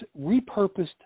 repurposed